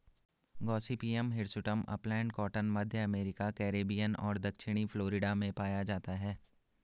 Gossypium hirsutum upland cotton, मध्य America, Caribbean और दक्षिणी फ्लोरिडा में पाया जाता है